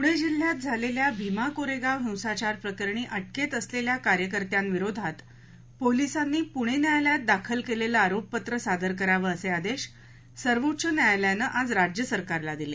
पूणे जिल्ह्यात झालेल्या भीमा कोरेगाव हिंसाचार प्रकरणी अटकेत असलेल्या कार्यकर्त्यांविरोधात पोलिसांनी पूणे न्यायालयात दाखल केलेलं आरोपपत्र सादर करावं असे आदेश सर्वोच्च न्यायालयानं आज राज्य सरकारला दिले